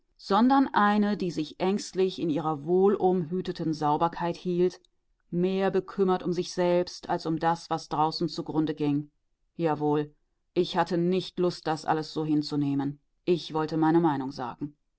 sondern eine die sich ängstlich in ihrer wohlumhüteten sauberkeit hielt mehr bekümmert um sich selbst als um das was draußen zugrunde ging jawohl ich hatte nicht lust das alles so hinzunehmen ich wollte meine meinung sagen